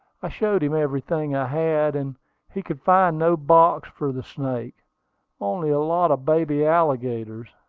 i showed him everything i had and he could find no box for the snake only a lot of baby alligators,